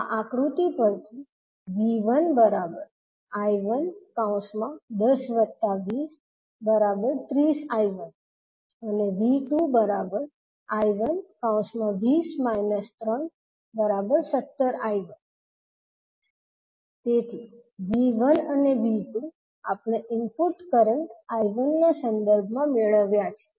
આ આકૃતિ પરથી 𝐕1 𝐈110 20 30𝐈1 𝐕2 𝐈120 − 3 17𝐈1 તેથી V1 અને 𝐕2 આપણે ઇનપુટ કરંટ I1 ના સંદર્ભમાં મેળવ્યાં છે